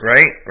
Right